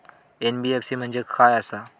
NBFC म्हणजे खाय आसत?